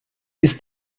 ist